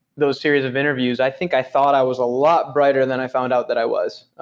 those series of interviews, i think i thought i was a lot brighter than i found out that i was.